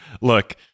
Look